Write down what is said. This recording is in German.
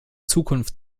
zukunft